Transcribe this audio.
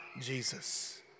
Jesus